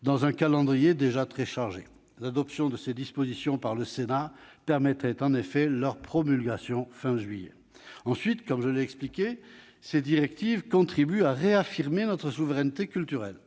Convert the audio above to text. dans un calendrier déjà très chargé. L'adoption de ces dispositions par le Sénat permettrait leur promulgation fin juillet. Ensuite, comme je l'ai expliqué, ces directives contribuent à réaffirmer notre souveraineté culturelle